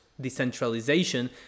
decentralization